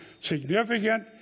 significant